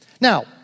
Now